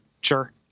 sure